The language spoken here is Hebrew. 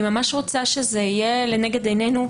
אני ממש רוצה שזה יהיה לנגד עינינו,